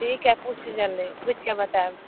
ठीक हय पुछू जल्दी पुछिके बतायब